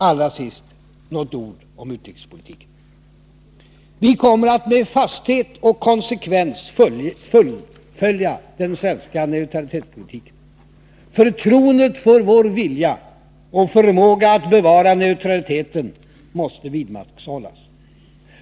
Allra sist några ord om utrikespolitiken. Vi kommer att med fasthet och konsekvens fullfölja den svenska neutralitetspolitiken. Förtroendet för vår vilja och förmåga att bevara neutraliteten måste vidmakthållas.